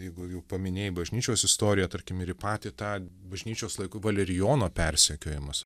jeigu jau paminėjai bažnyčios istoriją tarkim ir į patį tą bažnyčios laikų valerijono persekiojimus